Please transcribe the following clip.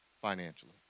financially